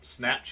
Snapchat